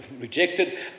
rejected